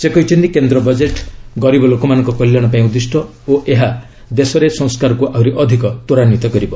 ସେ କହିଛନ୍ତି କେନ୍ଦ୍ର ବଜେଟ୍ ଗରିବ ଲୋକମାନଙ୍କ କଲ୍ୟାଣ ପାଇଁ ଉଦ୍ଦିଷ୍ଟ ଓ ଏହା ଦେଶରେ ସଂସ୍କାରକୁ ଆହୁରି ଅଧିକ ତ୍ୱରାନ୍ୱିତ କରିବ